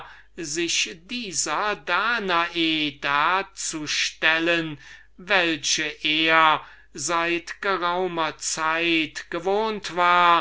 sich dieser danae darzustellen welche er seit geraumer zeit gewohnt war